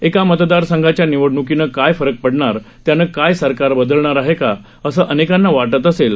एका मतदारसंघाच्या निवडण्कीनं काय फरक पडणार त्यानं काय सरकार बदलणार आहे का असं अनेकांना वाटत असेल